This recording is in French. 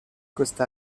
costa